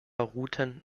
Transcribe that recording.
routen